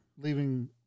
leaving